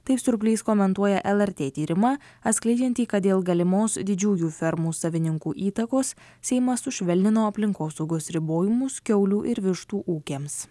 tai siurblys komentuoja lrt tyrimą atskleidžiantį kad dėl galimos didžiųjų fermų savininkų įtakos seimas sušvelnino aplinkosaugos ribojimus kiaulių ir vištų ūkiams